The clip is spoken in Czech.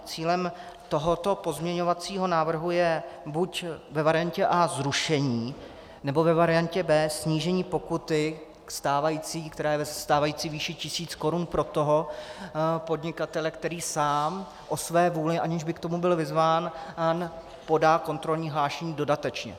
Cílem tohoto pozměňovacího návrhu je buď ve variantě A zrušení, nebo ve variantě B snížení pokuty k stávající výši tisíc korun pro toho podnikatele, který sám o své vůli, aniž by k tomu byl vyzván, podá kontrolní hlášení dodatečně.